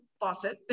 faucet